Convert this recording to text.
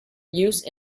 use